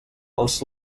els